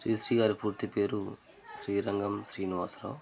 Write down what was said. శ్రీ శ్రీ గారి పూర్తి పేరు శ్రీరంగం శ్రీనివాస రావు